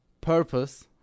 purpose